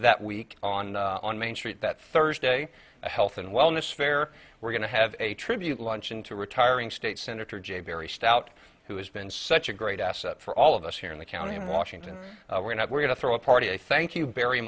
that week on on main street that thursday the health and wellness fair we're going to have a tribute luncheon to retiring state senator jay barry stout who has been such a great asset for all of us here in the county in washington we're not going to throw a party thank you very